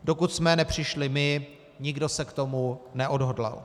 Dokud jsme nepřišli my, nikdo se k tomu neodhodlal.